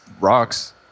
rocks